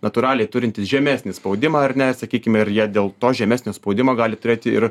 natūraliai turintys žemesnį spaudimą ar ne sakykim ir jie dėl to žemesnio spaudimo gali turėti ir